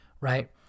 right